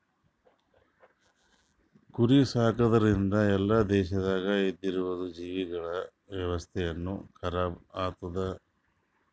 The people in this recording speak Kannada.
ಕುರಿ ಸಾಕದ್ರಿಂದ್ ಎಲ್ಲಾ ದೇಶದಾಗ್ ಇದ್ದಿವು ಜೀವಿಗೊಳ್ದ ವ್ಯವಸ್ಥೆನು ಖರಾಬ್ ಆತ್ತುದ್